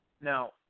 Now